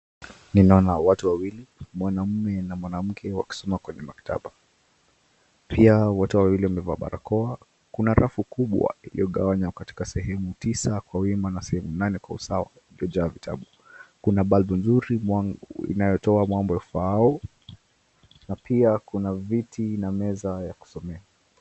Ninaona watu wawili, mwanaume na mwanamke wakisoma katika maktaba pia wote wamevaa barakoa. Kuna rafu kubwa iliyogawanywa katika sehemu tisa kwa wima na semehu nane kwa usawa uliojaa vitabu. Kuna balbu mzuri inayotoa mwanga ufaao na pia kuna viti na meza ya kusomea.